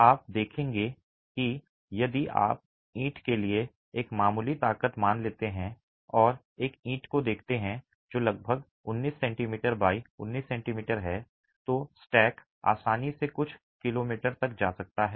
आप देखेंगे कि यदि आप ईंट के लिए एक मामूली ताकत मान लेते हैं और एक ईंट को देखते हैं जो लगभग 19 सेमी x 9 सेमी है तो स्टैक आसानी से कुछ किलोमीटर तक जा सकता है